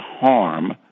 harm